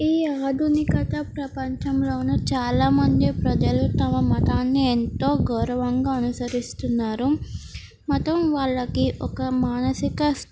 ఈ ఆధునికత ప్రపంచంలోను చాలామంది ప్రజలు తమ మతాన్ని ఎంతో గౌరవంగా అనుసరిస్తున్నారు మతం వాళ్ళకి ఒక మానసిక